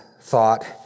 thought